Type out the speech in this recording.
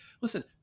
listen